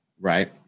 Right